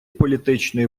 політичної